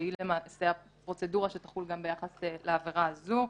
שהיא למעשה הפרוצדורה שתחול גם ביחס לעבירה הזו,